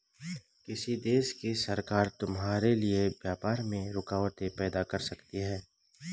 किसी देश की सरकार तुम्हारे लिए व्यापार में रुकावटें पैदा कर सकती हैं